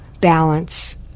balance